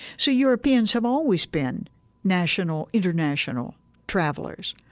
so europeans have always been national, international travelers.